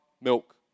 milk